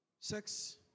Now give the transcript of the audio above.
Sex